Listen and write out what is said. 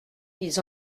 ils